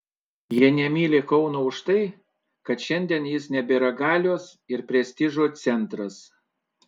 jie nemyli kauno už tai kad šiandien jis nebėra galios ir prestižo centras